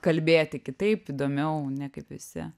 kalbėti kitaip įdomiau ne kaip visi